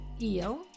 ill